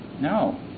No